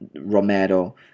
Romero